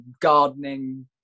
gardening